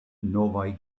novaj